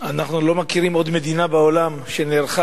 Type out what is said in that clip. אנחנו לא מכירים עוד מדינה בעולם שנערכה